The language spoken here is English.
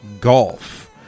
Golf